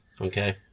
Okay